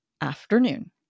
afternoon